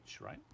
right